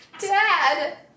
Dad